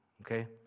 okay